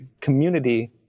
community